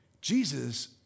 Jesus